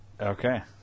Okay